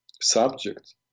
subject